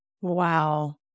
Wow